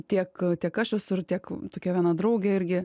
tiek tiek aš esu tiek tokia viena draugė irgi